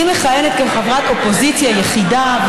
היא מכהנת כחברת אופוזיציה יחידה.